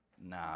Nah